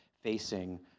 facing